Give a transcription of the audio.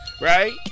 right